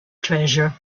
treasure